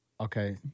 Okay